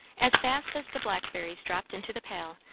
as fast as the blackberries dropped into the pail,